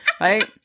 Right